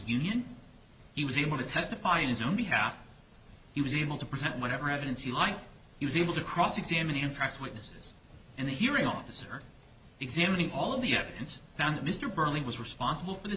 union he was able to testify in his own behalf he was able to present whatever evidence you like he was able to cross examine and press witnesses and the hearing officer examining all of the evidence found that mr burley was responsible for the